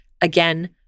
Again